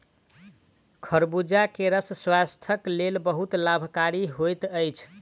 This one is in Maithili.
खरबूजा के रस स्वास्थक लेल बहुत लाभकारी होइत अछि